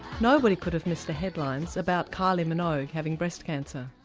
nobody could have missed the headlines about kylie minogue having breast cancer.